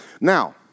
Now